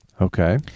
Okay